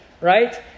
right